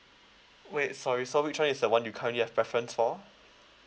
wait sorry so which one is the one you currently have preference for